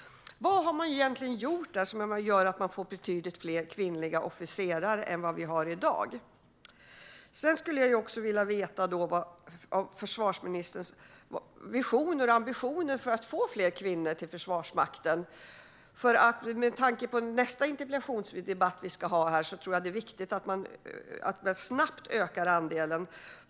Vad har man egentligen gjort där som gör att man får betydligt fler kvinnliga officerare än vad vi har här i dag? Jag skulle också vilja höra om försvarsministerns visioner och ambitioner för att få fler kvinnor till Försvarsmakten. Med tanke på ämnet för nästa interpellationsdebatt vi ska ha här tror jag att det är viktigt att man snabbt ökar andelen.